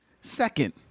Second